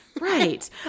Right